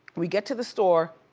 we get to the store.